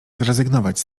zrezygnować